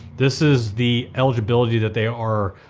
this is the eligibility that they are,